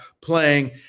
playing